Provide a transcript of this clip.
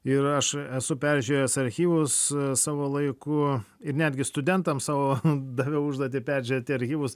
ir aš esu peržiūrėjęs archyvus savo laiku ir netgi studentam savo daviau užduotį peržiūrėti archyvus